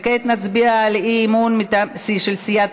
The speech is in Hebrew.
כעת נצביע על הצעת האי-אמון של סיעת